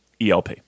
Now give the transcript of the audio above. ELP